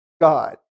God